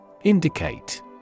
Indicate